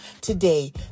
today